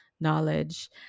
knowledge